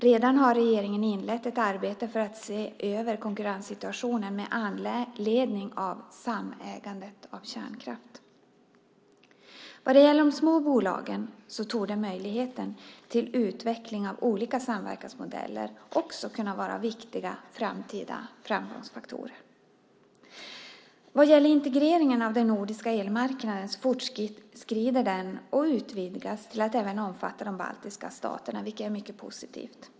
Regeringen har redan inlett ett arbete för att se över konkurrenssituationen med anledning av samägandet av kärnkraft. Vad det gäller de små bolagen torde möjligheten till utveckling av olika samverkansmodeller också kunna vara en viktig framtida framgångsfaktor. Integreringen av den nordiska elmarknaden fortskrider, och den utvidgas till att även omfatta de baltiska staterna, vilket är mycket positivt.